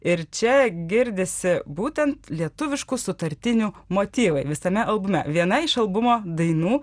ir čia girdisi būtent lietuviškų sutartinių motyvai visame albume viena iš albumo dainų